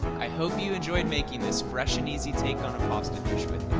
i hope you enjoyed making this fresh and easy take on a pasta dish with